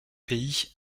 pays